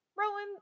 Rowan